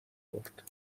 برد